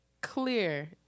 clear